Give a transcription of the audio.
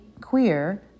queer